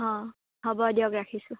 অঁ হ'ব দিয়ক ৰাখিছোঁ